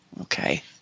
okay